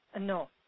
No